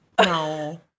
No